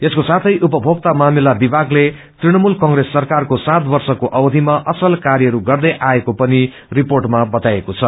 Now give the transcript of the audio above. यसको साथै उपभोक्ता मामिला विभागले तृणमूल कंप्रेस सरकारको सात वर्षको अवधिमा असल कार्यहरू गर्दै आएक पनि रिपोटमा बताइएको छ